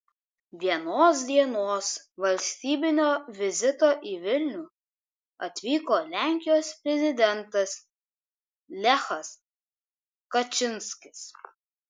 vienos dienos valstybinio vizito į vilnių atvyko lenkijos prezidentas lechas kačynskis